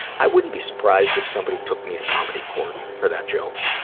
i wouldn't be surprised if somebody took me to comedy court for that joke.